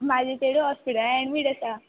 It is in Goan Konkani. म्हजें चेडूं हॉस्पिटलांत एडमीट आसा